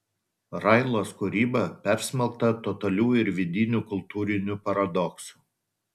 railos kūryba persmelkta totalių ir vidinių kultūrinių paradoksų